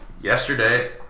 yesterday